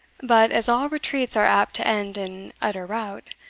but, as all retreats are apt to end in utter rout,